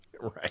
Right